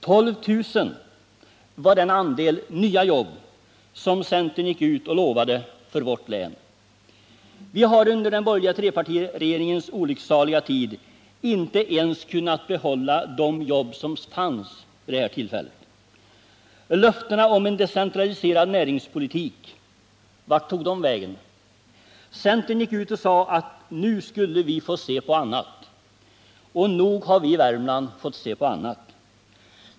12 000 var den andel nya jobb som centern gick ut och lovade för vårt län. Vi har under den borgerliga trepartiregeringens olycksaliga tid inte ens kunnat behålla de jobb som fanns. Löftena om en decentraliserad näringspolitik, vart tog de vägen? Centern gick ut och sade att nu skulle vi få se på annat. Och nog har vi i Värmland fått se på annat.